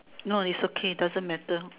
no it's okay doesn't matter